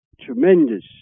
tremendous